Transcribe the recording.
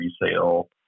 resale